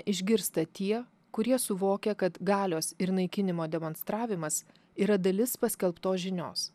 išgirsta tie kurie suvokia kad galios ir naikinimo demonstravimas yra dalis paskelbtos žinios